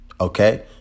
Okay